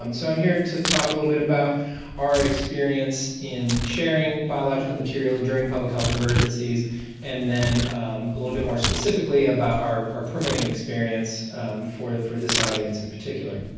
um so i'm here to talk a little bit about our experience in sharing biological materials during public health emergencies and then a little bit more specifically about our our permitting experience for for this audience in particular.